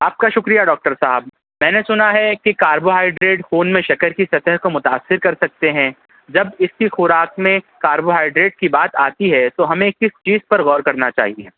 آپ کا شکریہ ڈاکٹر صاحب میں نے سنا ہے کہ کاربوہائیڈریڈ خون میں شکر کی سطح کو متاثر کر سکتے ہیں جب اس کی خوراک میں کاربوہائیڈریڈ کی بات آتی ہے تو ہمیں کس چیز پر غور کرنا چاہیے